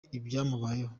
ibyamubayeho